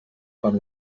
fan